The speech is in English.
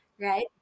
right